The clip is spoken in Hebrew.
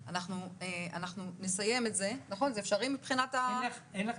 אנחנו ננסח את זה שזה פשוט יהיה לא